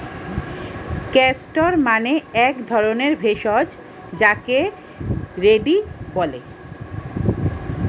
castor মানে এক ধরণের ভেষজ যাকে রেড়ি বলে